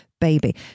baby